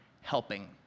helping